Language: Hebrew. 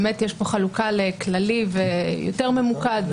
באמת יש פה חלוקה לכללי וליותר ממוקד.